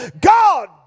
God